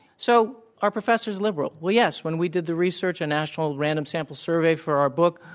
so are professors liberal? well, yes. when we did the research, a national random sample survey for our book,